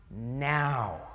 now